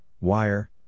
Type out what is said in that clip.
wire